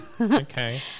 Okay